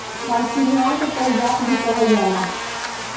हरसिंगार के पारिजात भी कहल जाला